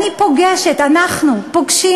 אני פוגשת, אנחנו פוגשים,